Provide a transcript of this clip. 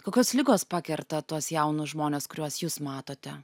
kokios ligos pakerta tuos jaunus žmones kuriuos jūs matote